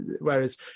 whereas